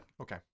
Okay